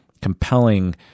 compelling